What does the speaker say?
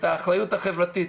את האחריות החברתית,